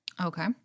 Okay